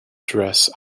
dress